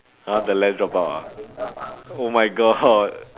!huh! the lens drop out ah oh my god